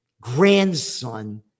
grandson